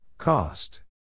Cost